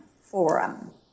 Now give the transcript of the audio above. forum